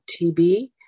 TB